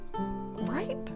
Right